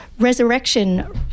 resurrection